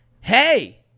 hey